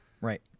right